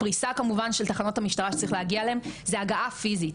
הפריסה כמובן של תחנות המשטרה שצריך להגיע אליהן זה הגעה פיזית.